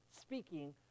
speaking